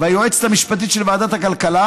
והיועצת המשפטית של ועדת הכלכלה,